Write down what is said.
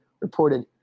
reported